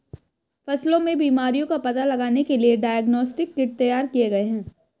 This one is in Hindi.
फसलों में बीमारियों का पता लगाने के लिए डायग्नोस्टिक किट तैयार किए गए हैं